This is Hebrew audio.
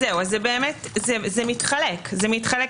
זה מתחלק למסגרות,